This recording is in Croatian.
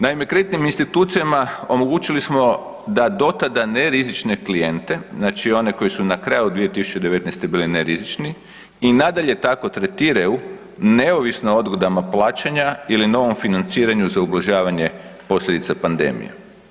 Naime, kreditnim institucijama omogućili smo da do tada nerizične klijente, znači one koji su na kraju 2019. bili nerizični i nadalje tako tretiraju neovisno odgodama plaćanja ili novom financiranju za ublažavanje posljedica pandemije.